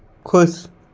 खुश